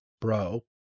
bro